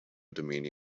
domini